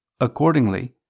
Accordingly